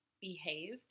behave